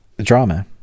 drama